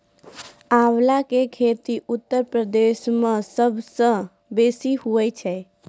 आंवला के खेती उत्तर प्रदेश मअ सबसअ बेसी हुअए छै